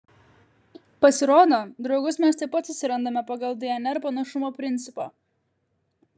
pasirodo draugus mes taip pat susirandame pagal dnr panašumo principą